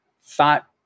thought